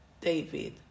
David